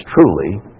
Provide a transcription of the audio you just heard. truly